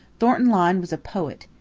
thornton lyne was a poet.